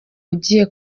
ugiye